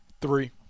Three